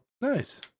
Nice